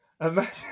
imagine